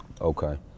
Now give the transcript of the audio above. Okay